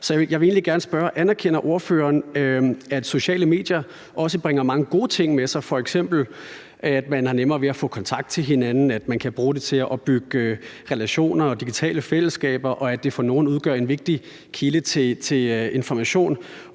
Så jeg vil egentlig gerne spørge: Anerkender ordføreren, at sociale medier også bringer mange gode ting med sig, f.eks. at man har nemmere ved at få kontakt til hinanden, at man kan bruge dem til at opbygge relationer og digitale fællesskaber, at de for nogle udgør en vigtig kilde til information,